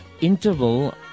Interval